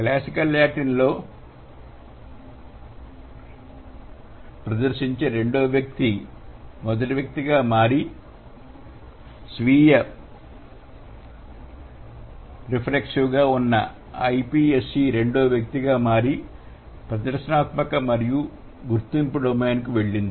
classical Latin లో ప్రదర్శించే రెండవ వ్యక్తి మొదటి వ్యక్తిగా మారి స్వీయ రిఫ్లెక్సివ్ గా ఉన్నi p s e రెండవ వ్యక్తిగా మారి ప్రదర్శనాత్మక మరియు గుర్తింపు డొమైన్ కు వెళ్ళింది